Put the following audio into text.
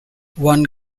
one